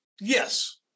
Yes